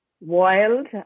wild